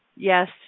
Yes